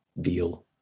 deal